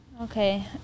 Okay